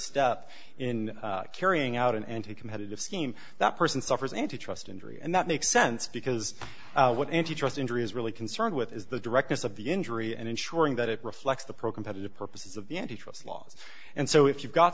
step in carrying out an anti competitive scheme that person suffers antitrust injury and that makes sense because what antitrust injury is really concerned with is the directness of the injury and ensuring that it reflects the pro competitive purposes of the antitrust laws and so if you've got